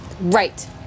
Right